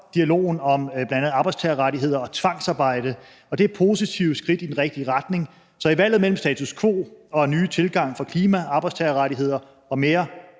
dialogen om bl.a. arbejdstagerrettigheder og tvangsarbejde. Det er positive skridt i den rigtige retning. Så i valget mellem status quo og en ny tilgang til klima, arbejdstagerrettigheder og mere